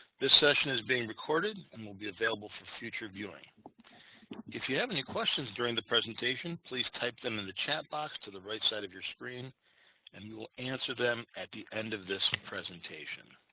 this session is being recorded and will be available for future viewing if you have any questions during the presentation please type them in the chat box to the right side of your screen and you will answer them at the end of this presentation